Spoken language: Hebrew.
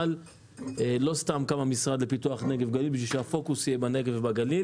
אבל לא סתם גם המשרד לפיתוח נגב גליל בשביל שהפוקוס יהיה בנגב ובגליל.